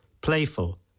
playful